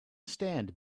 stand